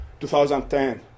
2010